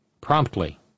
promptly